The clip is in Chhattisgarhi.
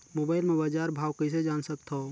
मोबाइल म बजार भाव कइसे जान सकथव?